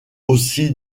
aussi